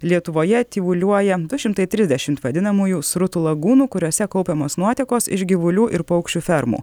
lietuvoje tyvuliuoja du šimtai trisdešimt vadinamųjų srutų lagūnų kuriose kaupiamos nuotekos iš gyvulių ir paukščių fermų